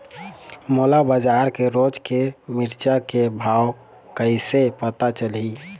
मोला बजार के रोज के मिरचा के भाव कइसे पता चलही?